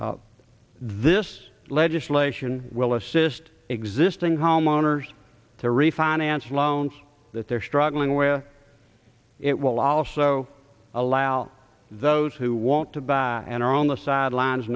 this legislation will assist existing homeowners to refinance loans that they're struggling with it will also allow those who want to buy and are on the sidelines